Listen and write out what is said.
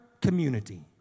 community